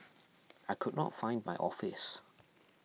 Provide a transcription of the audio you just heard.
I could not find my office